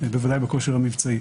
ובוודאי בכושר המבצעי.